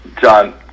John